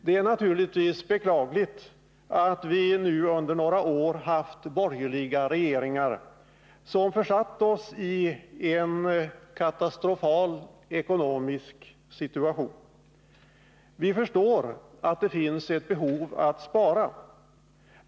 Det är naturligtvis beklagligt att vi nu under några år haft borgerliga regeringar som försatt oss i en katastrofal ekonomisk situation. Vi förstår att det finns ett behov av att spara.